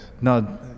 no